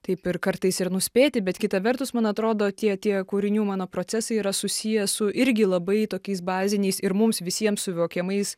taip ir kartais ir nuspėti bet kita vertus man atrodo tie tie kūrinių mano procesai yra susiję su irgi labai tokiais baziniais ir mums visiems suvokiamais